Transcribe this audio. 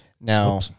Now